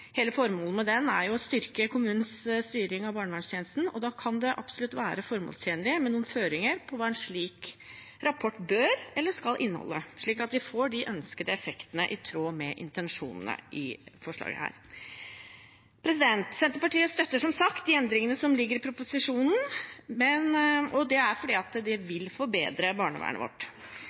Hele formålet med den er jo å styrke kommunens styring av barnevernstjenesten, og da kan det absolutt være formålstjenlig med noen føringer for hva en slik rapport bør eller skal inneholde, slik at vi får de ønskede effektene i tråd med intensjonene i forslaget. Senterpartiet støtter som sagt de endringene som ligger i proposisjonen, og det er fordi det vil forbedre barnevernet vårt.